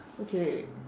okay wait wait